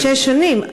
לא, אבל זה שש שנים.